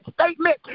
statement